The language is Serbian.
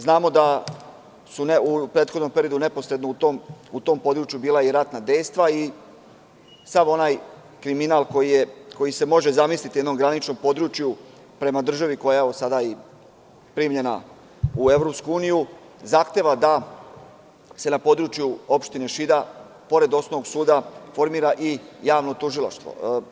Znamo da su u prethodnom periodu neposredno u tom području bila i ratna dejstva i sav onaj kriminal koji se može zamisliti na jednom graničnom području prema državi koja je sada primljena i u EU zahteva da se na području opštine Šida pored osnovnog suda formira i javno tužilaštvo.